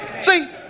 See